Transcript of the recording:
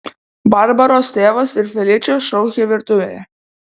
barbaros tėvas ir feličė šaukė virtuvėje